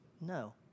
No